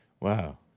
Wow